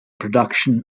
production